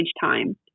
time